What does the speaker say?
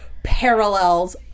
Parallels